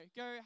go